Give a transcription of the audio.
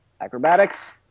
acrobatics